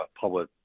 public